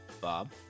Bob